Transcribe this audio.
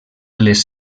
les